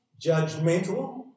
judgmental